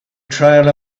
trail